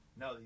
No